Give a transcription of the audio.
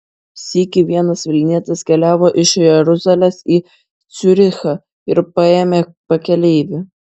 sykį vienas vilnietis keliavo iš jeruzalės į ciurichą ir paėmė pakeleivį